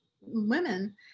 women